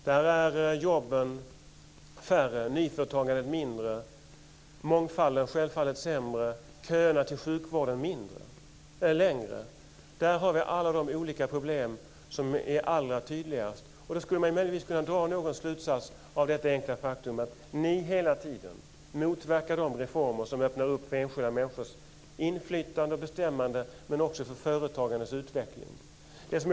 Där är jobben färre, nyföretagandet mindre, mångfalden självklart sämre och köerna till sjukvården längre. Där har vi de allra tydligaste problemen. Av detta enkla faktum skulle man kunna dra en slutsats, nämligen att ni hela tiden motverkar de reformer som öppnar upp enskilda människors inflytande och bestämmande men också öppnar upp för utvecklingen av företagande.